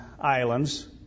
islands